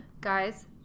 Guys